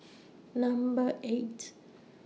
Number eight